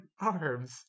arms